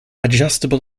adjustable